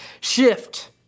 shift